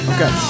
Okay